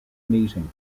meeting